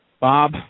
Bob